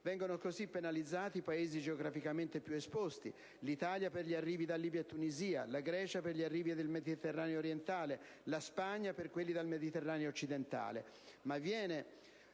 Vengono così penalizzati i Paesi geograficamente più esposti (l'Italia per gli arrivi da Libia e Tunisia, la Grecia per gli arrivi dal Mediterraneo orientale, la Spagna per quelli dal Mediterraneo occidentale);